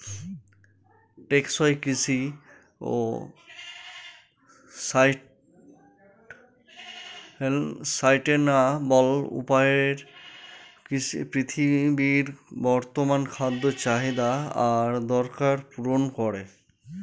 টেকসই কৃষি সাস্টেইনাবল উপায়ে পৃথিবীর বর্তমান খাদ্য চাহিদা আর দরকার পূরণ করে